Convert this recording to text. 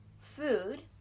food